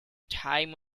time